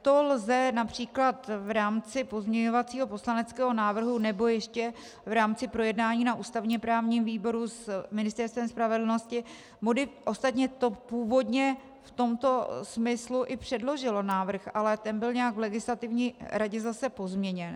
To lze například v rámci pozměňovacího poslaneckého návrhu nebo ještě v rámci projednání na ústavněprávním výboru s Ministerstvem spravedlnosti ostatně to původně v tomto smyslu i předložilo návrh, ale ten byl nějak v Legislativní radě zase pozměněn.